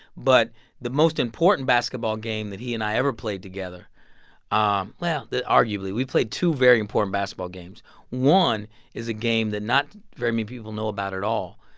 but the most important basketball game that he and i ever played together um well, arguably we played two very important basketball games one is a game that not very many people know about at all.